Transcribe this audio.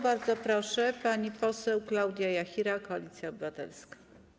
Bardzo proszę, pani poseł Klaudia Jachira, Koalicja Obywatelska.